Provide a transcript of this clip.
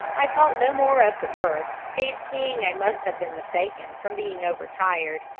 i thought no more of the bird, fancying i must have been mistaken from being overtired.